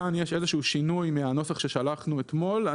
יש כאן שינוי מהנוסח ששלחנו אתמול.